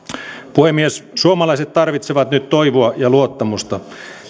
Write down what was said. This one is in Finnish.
puhemies suomalaiset tarvitsevat nyt toivoa ja luottamusta